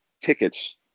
tickets